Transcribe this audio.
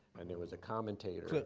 and there was a commentator.